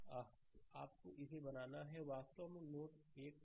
आह आपको इसे बनाना है यह वास्तव में नोड 1 है